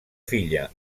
filla